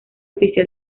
oficial